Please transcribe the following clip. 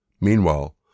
Meanwhile